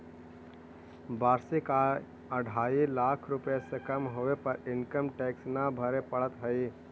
वार्षिक आय अढ़ाई लाख रुपए से कम होवे पर इनकम टैक्स न भरे पड़ऽ हई